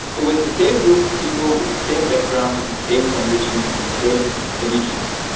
it was the same group of people with the same backgrounds and same convictions and same allegiance.